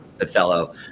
Othello